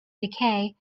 decay